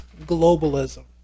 globalism